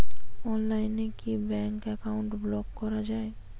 অনলাইনে কি bank account block করা য়ায়?